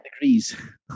degrees